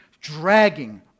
dragging